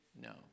no